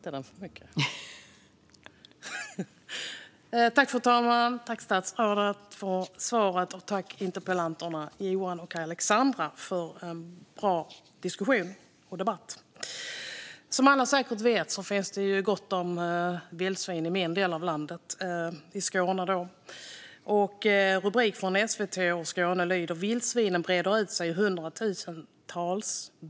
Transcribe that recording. Fru talman! Jag tackar statsrådet för svaret och interpellanterna, Johan och Alexandra, för en bra diskussion och debatt. Som alla säkert vet finns det gott om vildsvin i min del av landet, i Skåne. Ingressen till en artikel i SvD om Skåne lyder: "Vildsvinen breder ut sig i hundratusental.